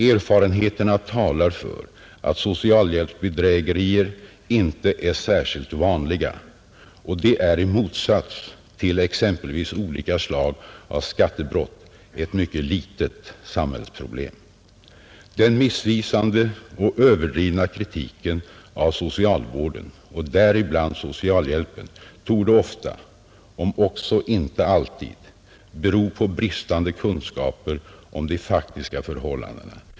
Erfarenheterna talar för att socialhjälpsbedrägerier inte är särskilt vanliga, och de är i motsats till exempelvis olika slag av skattebrott ett mycket litet samhällsproblem. Den missvisande och överdrivna kritiken av socialvården och däribland socialhjälpen torde ofta, om också inte alltid, bero på bristande kunskaper om de faktiska förhållandena.